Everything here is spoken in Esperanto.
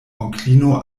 onklino